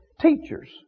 teachers